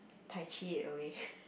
tai chi it away